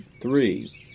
Three